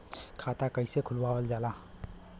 खाता कइसे खुलावल जाला?